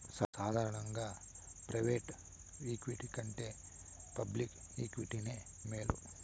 సాదారనంగా private equity కంటే public ఈక్విటీనే మేలు